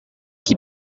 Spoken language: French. qui